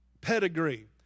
pedigree